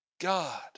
God